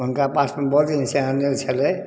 हुनका पासमे बजे नहि छै अहाँ छलै